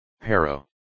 Pero